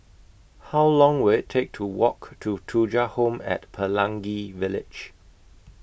How Long Will IT Take to Walk to Thuja Home At Pelangi Village